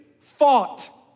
fought